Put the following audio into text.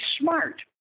smart